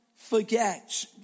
Forget